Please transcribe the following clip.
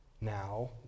now